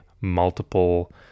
multiple